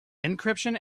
encryption